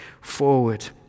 forward